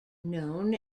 known